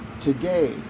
Today